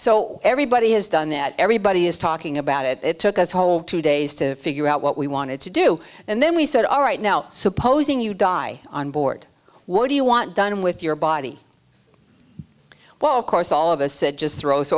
so everybody has done that everybody is talking about it it took us a whole two days to figure out what we wanted to do and then we said all right now supposing you die on board what do you want done with your body well of course all of us said just throw